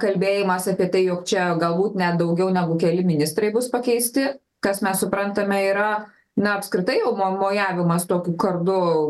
kalbėjimas apie tai jog čia galbūt ne daugiau negu keli ministrai bus pakeisti kas mes suprantame yra na apskritai jau mo mojavimas tokiu kardu